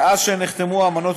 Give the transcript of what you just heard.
מאז נחתמו האמנות,